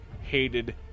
hated